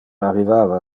arrivava